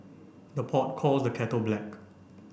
the pot calls the kettle black